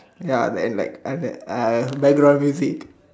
ya and that like as that uh background music